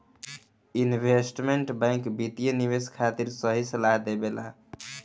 investment bank वित्तीय निवेश खातिर सही सलाह देबेला